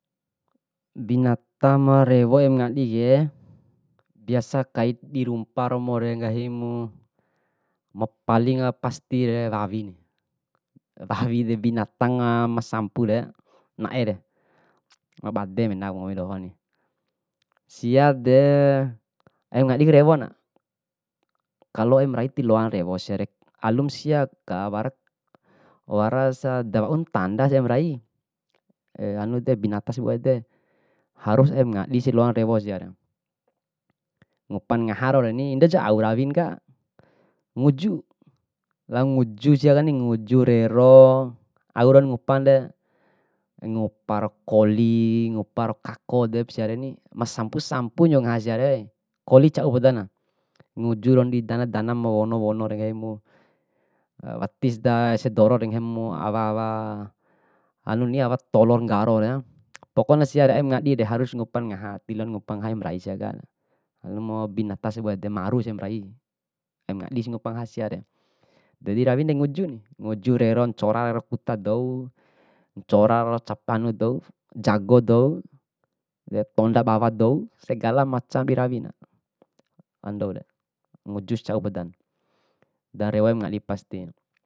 Binata ma rewo aim ngadike biasa kaip dirumpa romore nggahimu mapaling pastire wawi, wawire bitang nga masampure naere, mabade menaku nggomi dohoni. Siade aim ngadiku rewona, kalo aim rai tiloana rewo siare, alumsiaka warasa dawaun ntada amarai, hanude binata sabua ede harus aim ngadisi loana rewo sia, ngupana ngahareni. indo aujana rawinka, nguju lao nguju siakani, nguju rero au roan ngupanre, ngupare koli, ngupare kako edep siareni, masampu sampun nyo ngaha siare, koli cau podana, nuju raun didana, ma wono wono nggahimu, watisida ese doro nggahimu awa awa anu ni awa tolo nggarore pokoknya siare aim ngadire harus ngupana ngaha, tiloana ngupa ngaha aim rai siaka, alum binata sebua ede maru aim rai, aim ngadisi ngupana ngaha siare. Ndadi rawinare nguju, nguju rero ncora rero kuta dou, ncora ro captano dou, jago dou, de tonda bawa dou, segala macam dirawina andoure, mujus cau podan dan rewo ama ngadi pasti.